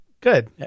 Good